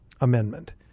amendment